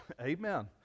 amen